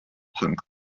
punk